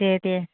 दे दे